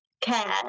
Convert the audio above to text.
care